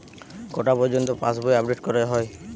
কটা পযর্ন্ত পাশবই আপ ডেট করা হয়?